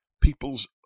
people's